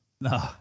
No